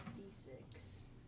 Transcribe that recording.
D6